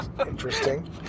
Interesting